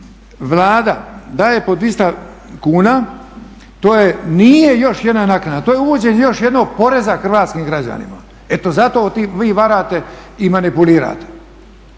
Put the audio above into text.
Vlada daje po 200 kuna, to nije još jedna naknada, to je uvođenje još jednog poreza hrvatskim građanima. Eto zato vi varate i manipulirate,